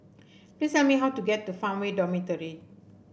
please tell me how to get to Farmway Dormitory